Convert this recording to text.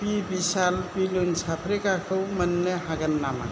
बि बिशाल बिलुन साफ्रेग्राखौ मोन्नो हागोन नामा